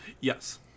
Yes